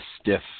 stiff